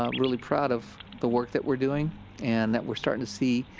ah really proud of the work that we're doing and that we're starting to see,